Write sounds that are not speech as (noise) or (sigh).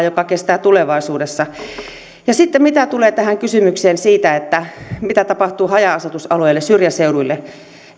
(unintelligible) joka kestää tulevaisuudessa ja sitten mitä tulee tähän kysymykseen siitä mitä tapahtuu haja asutusalueille syrjäseuduille